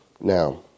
Now